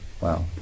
Wow